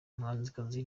umuhanzikazi